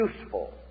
useful